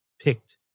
picked